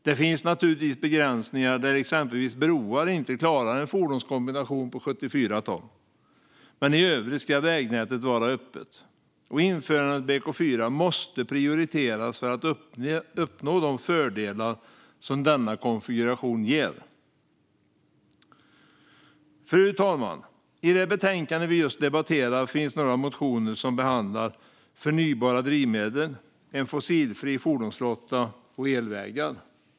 Det finns naturligtvis begränsningar där exempelvis broar inte klarar en fordonskombination på 74 ton, men i övrigt ska vägnätet vara öppet. Införandet av BK4 måste prioriteras för att uppnå de fördelar som denna konfiguration ger. Fru talman! I det betänkande vi just debatterar finns några motioner som behandlar förnybara drivmedel, en fossilfri fordonsflotta och elvägar.